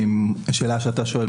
השאלה שאתה שואל,